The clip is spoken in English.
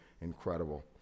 incredible